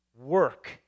work